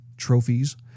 trophies